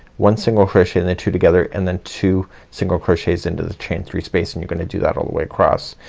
one single crochet and the two together and then two single crochets into the chain three space and you're gonna do that all the way across.